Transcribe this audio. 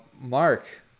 Mark